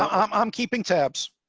i'm i'm keeping tabs.